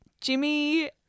Jimmy